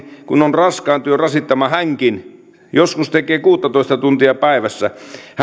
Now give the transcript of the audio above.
kun on raskaan työn rasittama hänkin joskus tekee kuusitoista tuntia päivässä